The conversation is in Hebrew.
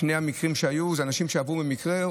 שני המקרים שהיו זה אנשים שעברו במקרה,